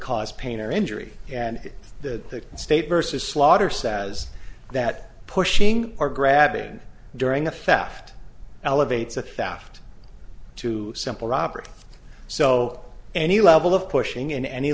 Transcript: cause pain or injury and the state versus slaughter says that pushing or grabbing during a fast elevates a fast to simple robbery so any level of pushing in any